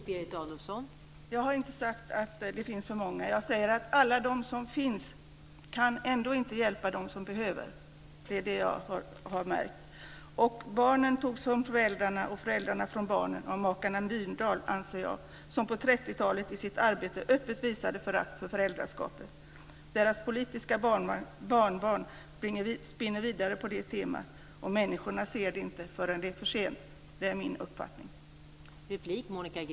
Fru talman! Jag har inte sagt att det finns för många. Jag säger att alla de som finns ändå inte kan hjälpa dem som behöver hjälp. Det är vad jag har märkt. Barnen togs från föräldrarna och föräldrarna från barnen av makarna Myrdal, anser jag, som på 30-talet i sitt arbete öppet visade förakt för föräldraskapet. Deras politiska barnbarn spinner vidare på det temat, och människorna ser det inte förrän det är för sent. Det är min uppfattning.